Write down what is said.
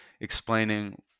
explaining